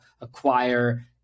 Acquire